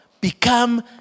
become